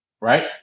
right